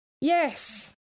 Yes